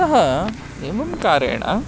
अतः एवं कारणेन